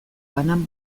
banan